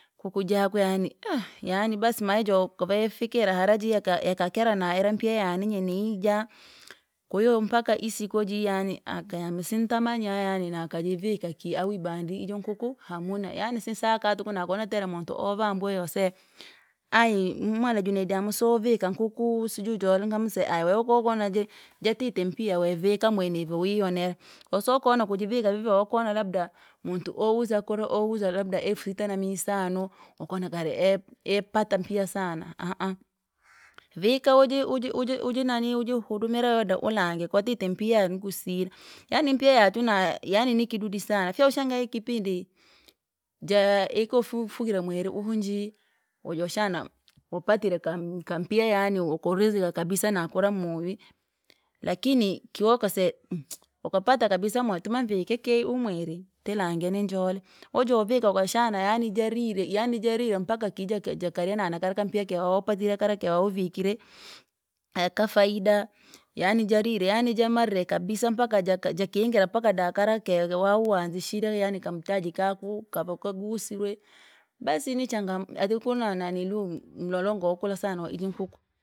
Nkuk jako yaani aaha yaani basi maaijo kuva yafikire hara jira yaka yakakera naira mpiya yaanije yija. Kwahiyo mpaka isiko jii yaani aka yami sintamanya yaani nakajivika kii ahu ibandi iyo nkuku! Hamuna yaani sinsaka tuku nakonateyeri muntu ova mbiwa yoseya, ayi mwala junaidi amusivovika nkuku, sijui njoli nkamuseya aha wekokonaji. Jatite mpia wevika mwene vyo wiyonera, wasiwokana kujivika vevokna labda, muntu owuza kula owuza labda elfu tano mia isano, wakona kari ep- epata mpiya sana ahaha. Vika uji- uji- ujinanilu ujihudumire wewe deulanga kwatite mpiya nkusila, yaani mpiya yachuna yaani ni kidudi sana, fyoushangaa ikipindi jaa ikufu fugire mweri uhu jii, wajoshana wapatie kam- kampeya yaani ukurizika kabisa ne kura moywi. Lakini kiwo kaseya ukapata kabisa mwatuma mvike kee uhu mweri, tilange ninjolo, wajovika wakashana yaani jarire yaani jarire mpaka kija jakarya nana kara kampiya upajire kareko uvikire. Yakafaida yaani jamarire yaani jamarire kabisa mpaka jaka jaka ingira mpaka dakara kege wauwanzishie yaani kamtaji kaku kava kagusirive, basi ni changamo ajikuna naniliu mlolongo wakula sana waji nkuku.